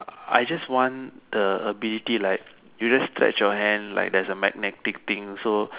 I just want the ability like you just stretch your hand like there's a magnetic thing so